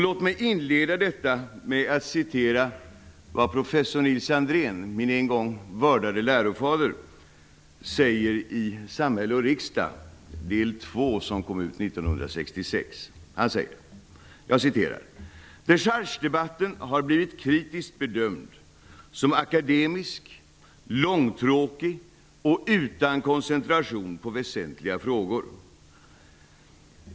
Låt mig inleda detta med att citera vad professor Nils Andrén, min en gång vördade lärofader, säger i Samhälle och ''Dechargedebatten har blivit kritiskt bedömd, som akademisk, långtråkig och utan koncentration på väsentliga frågor.